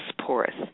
porous